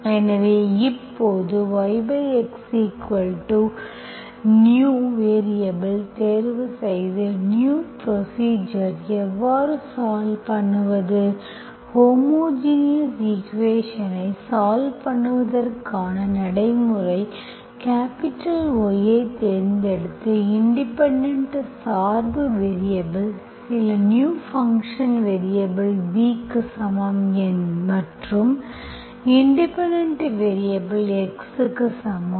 எனவே இப்போது YXv new variable தேர்வு செய்து நியூ ப்ரொசீஜர் எவ்வாறு சால்வ் பண்ணுவது ஹோமோஜினஸ் ஈக்குவேஷன்ஸ் ஐ சால்வ் பண்ணுவதற்கான நடைமுறை கேப்பிடல் Y ஐத் தேர்ந்தெடுத்து இண்டிபெண்டென்ட் சார்பு வேரியபல் சில நியூ ஃபங்க்ஷன் வேரியபல் v க்கு சமம் மற்றும் இண்டிபெண்டென்ட் வேரியபல் x க்கு சமம்